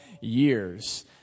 years